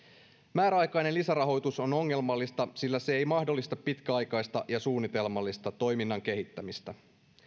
määräaikainen lisärahoitus on ongelmallista sillä se ei mahdollista pitkäaikaista ja suunnitelmallista toiminnan kehittämistä